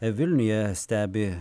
vilniuje stebi